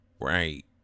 right